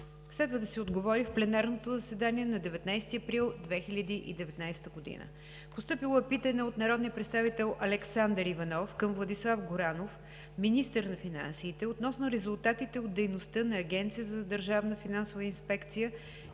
Следва да се отговори в пленарното заседание на 19 април 2019 г.; - народния представител Александър Иванов към Владислав Горанов – министър на финансите, относно резултатите от дейността на Агенцията за държавна финансова инспекция